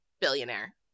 billionaire